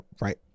right